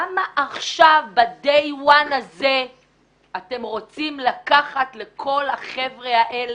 למה עכשיו ב-day one הזה אתם רוצים לקחת לכל החבר'ה האלה,